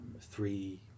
three